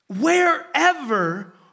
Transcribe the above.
wherever